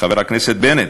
חבר הכנסת בנט,